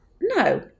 no